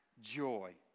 joy